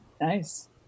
Nice